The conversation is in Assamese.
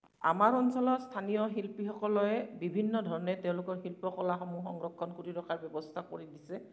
আমাৰ অঞ্চলত স্থানীয় শিল্পীসকলে বিভিন্ন ধৰণে তেওঁলোকৰ শিল্পকলাসমূহক সংৰক্ষণ কৰি ৰখাৰ ব্যৱস্থা কৰি দিছে